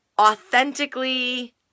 authentically